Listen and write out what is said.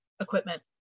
equipment